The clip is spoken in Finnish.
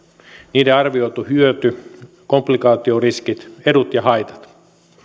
niiden arvioitu hyöty komplikaatioriskit edut ja haitat